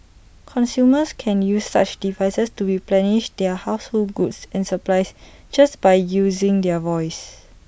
consumers can use such devices to replenish their household goods and supplies just by using their voice